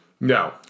No